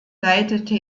leitete